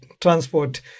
transport